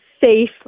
safe